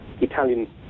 Italian